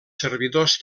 servidors